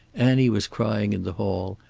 annie was crying in the hall,